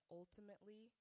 ultimately